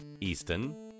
Easton